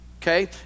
Okay